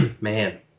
man